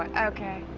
okay.